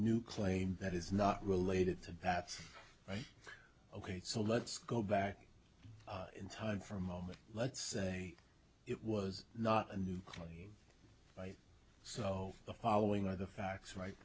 new claim that is not related to that right ok so let's go back in time for a moment let's say it was not a nuclear right so the following are the facts right